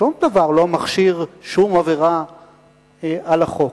ששום דבר לא מכשיר שום עבירה על החוק.